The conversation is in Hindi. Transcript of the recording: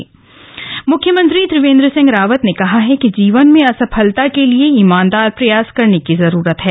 यंग लीडर्स कॉन्कलेव मुख्यमंत्री त्रिवेन्द्र सिंह रावत ने कहा है कि जीवन में सफलता के लिए ईमानदार प्रयास करने की जरूरत है